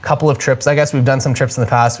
couple of trips, i guess we've done some trips in the past. we did